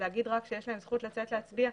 להגיד רק שיש להם זכות לצאת להצביע,